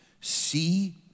See